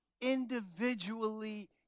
individually